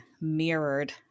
mirrored